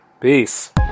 Peace